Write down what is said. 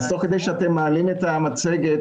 תוך כדי שאתם מעלים את המצגת,